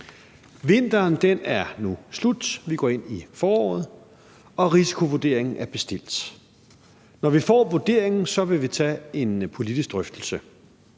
Vinteren er nu slut, og vi går ind i foråret, og risikovurderingen er bestilt. Når vi får vurderingen, vil vi tage en politisk drøftelse.